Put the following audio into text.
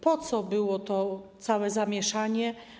Po co było to całe zamieszanie?